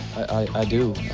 i do.